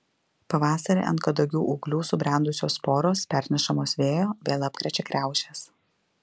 pavasarį ant kadagių ūglių subrendusios sporos pernešamos vėjo vėl apkrečia kriaušes